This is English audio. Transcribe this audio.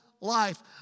life